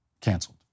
canceled